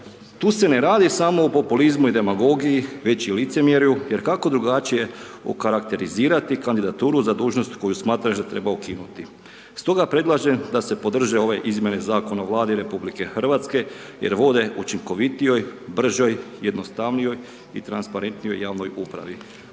Tu se ne radi samo o populizmu i demagogiji već i licemjerju jer kako drugačije okarakterizirati kandidaturu za dužnost koju smatraš da treba ukinuti? Stoga predlažem da se podrže ove izmjene Zakona o Vladi RH jer vode učinkovitijoj, bržoj, jednostavnijoj i transparentnijoj javnoj upravi.